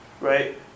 right